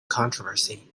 controversy